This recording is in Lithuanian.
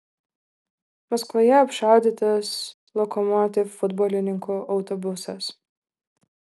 maskvoje apšaudytas lokomotiv futbolininkų autobusas